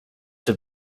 have